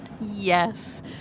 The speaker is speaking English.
Yes